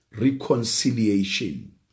reconciliation